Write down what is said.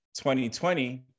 2020